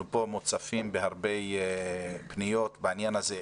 אנחנו כאן מוצפים בפניות רבות בעניין הזה.